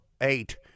eight